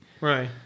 Right